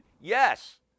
Yes